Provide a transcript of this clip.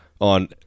on